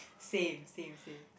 same same same